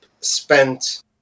spent